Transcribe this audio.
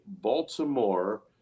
Baltimore